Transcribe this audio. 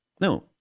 No